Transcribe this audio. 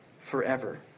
forever